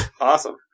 Awesome